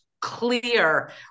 clear